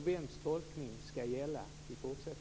vems tolkning som ska gälla.